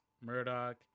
Murdoch